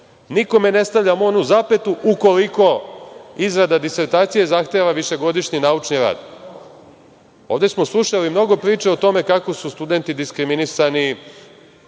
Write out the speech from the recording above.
nikome ne stavljamo onu zapetu – ukoliko izrada disertacije zahteva višegodišnji naučni rad. Ovde smo slušali mnogo priča o tome kako su studenti diskriminisani,